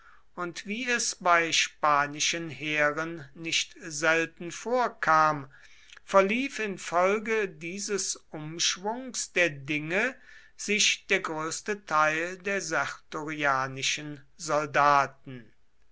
und wie es bei spanischen heeren nicht selten vorkam verlief infolge dieses umschwungs der dinge sich der größte teil der sertorianischen soldaten